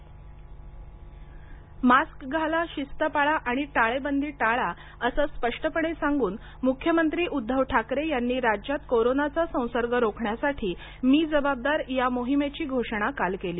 Thackeray mask घाला शिस्त पाळा आणि टाळेबंदी टाळा असं स्पष्टपणे सांगून मुख्यमंत्री उद्धव ठाकरे यांनी राज्यात कोरोनाचा संसर्ग रोखण्यासाठी मी जबाबदार या मोहिमेची घोषणा काल केली